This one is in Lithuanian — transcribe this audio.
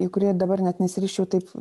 į kurį dabar net nesiryžčiau taip